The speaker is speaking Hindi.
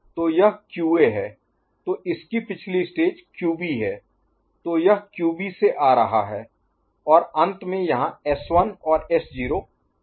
तो यह QA है तो इसकी पिछली स्टेज QB है तो यह QB से आ रहा है और अंत में यहाँ S1 और S0 दोनों 1 हैं